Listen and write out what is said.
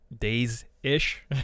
Days-ish